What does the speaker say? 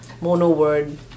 mono-word